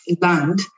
land